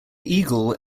eagle